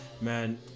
Man